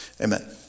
amen